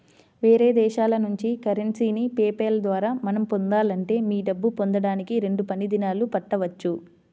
వేరే దేశాల నుంచి కరెన్సీని పే పాల్ ద్వారా మనం పొందాలంటే మీ డబ్బు పొందడానికి రెండు పని దినాలు పట్టవచ్చు